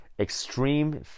Extreme